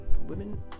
women